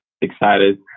excited